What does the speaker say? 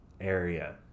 area